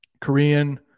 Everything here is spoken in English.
korean